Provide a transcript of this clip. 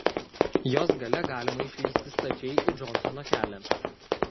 jos gale galima išlįsti stačiai į džonsono kelią